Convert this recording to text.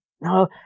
no